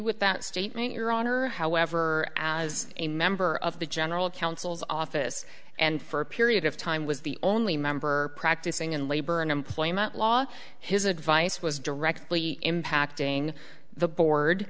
with that statement your honor however as a member of the general counsel's office and for a period of time was the only member practicing in labor and employment law his advice was directly impacting the board